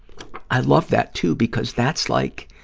i love that, too, because that's like,